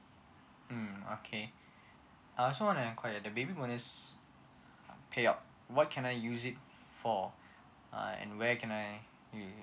mm okay also I want to enquire the baby bonus payout what can I use it for err and where can I use